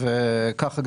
האוצר.